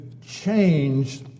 change